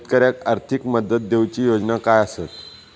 शेतकऱ्याक आर्थिक मदत देऊची योजना काय आसत?